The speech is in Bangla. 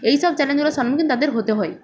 এই সব চ্যালেঞ্জেরও সম্মুখীন তাদের হতে হয়